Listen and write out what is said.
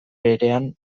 berean